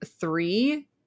three